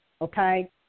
okay